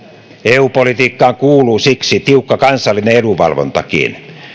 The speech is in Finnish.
eu politiikkaan kuuluu siksi tiukka kansallinen edunvalvontakin